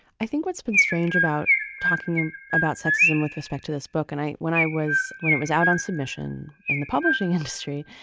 i think what's been strange about talking about sexism with respect to this book and i when i was when it was out on submission in the publishing industry,